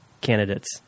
candidates